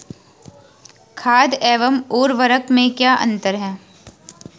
खाद एवं उर्वरक में अंतर?